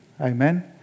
Amen